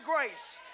grace